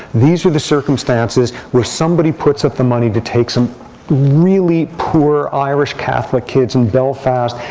these are the circumstances where somebody puts up the money to take some really poor irish catholic kids in belfast,